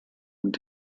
und